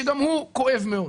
שגם הוא כואב מאוד.